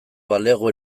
balego